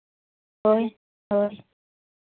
ᱦᱳᱭ ᱦᱳᱭ